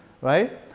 Right